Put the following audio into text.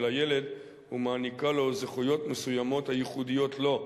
הילד ומעניקה לו זכויות מסוימות הייחודיות לו.